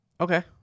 Okay